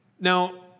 Now